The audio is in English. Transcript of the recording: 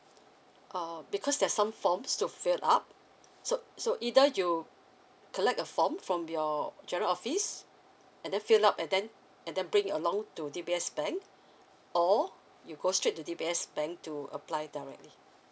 uh because there's some forms to fill up so so either you collect a form from your general office and then fill up and then and then bring it along to D_B_S bank or you go straight to D_B_S bank to apply directly